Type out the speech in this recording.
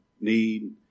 need